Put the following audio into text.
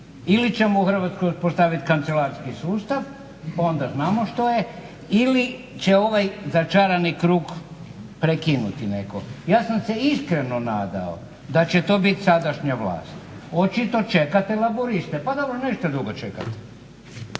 Ili ćemo u Hrvatskoj postaviti kancelarski sustav, onda znamo što je ili će ovaj začarani krug prekinuti netko. Ja sam se iskreno nadao da će to biti sadašnja vlast. Očito čekate laburiste. Pa dobro, nećete dugo čekati.